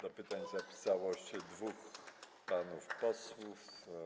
Do pytań zapisało się dwóch panów posłów.